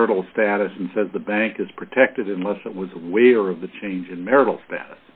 marital status and says the bank is protected unless it was aware of the change in marital status